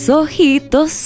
ojitos